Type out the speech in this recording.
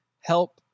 Help